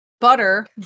butter